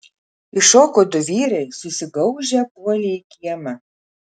iššoko du vyrai susigaužę puolė į kiemą